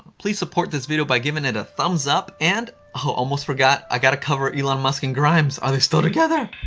please support this video by giving it a thumbs up and, i almost forgot, i got to cover elon musk and grimes. are they still together?